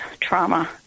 trauma